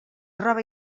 roba